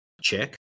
check